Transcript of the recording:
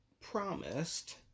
promised